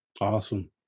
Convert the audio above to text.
Awesome